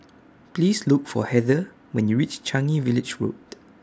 Please Look For Heather when YOU REACH Changi Village Road